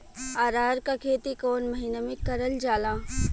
अरहर क खेती कवन महिना मे करल जाला?